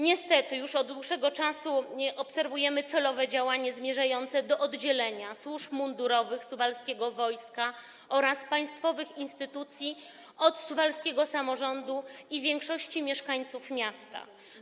Niestety, już od dłuższego czasu obserwujemy celowe działania zmierzające do oddzielenia służb mundurowych, suwalskiego wojska oraz państwowych instytucji od suwalskiego samorządu i większości mieszkańców miasta.